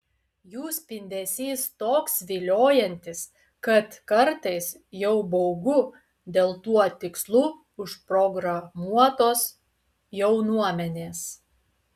jų spindesys toks viliojantis kad kartais jau baugu dėl tuo tikslu užprogramuotos jaunuomenės